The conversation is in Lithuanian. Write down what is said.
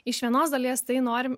iš vienos dalies tai norim